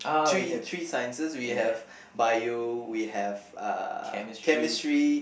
three three Sciences we have Bio we have uh Chemistry